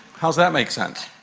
how does that make sense?